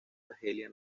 argelia